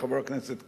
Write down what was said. חבר הכנסת כץ,